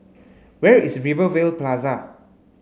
where is Rivervale Plaza